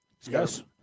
Yes